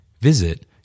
Visit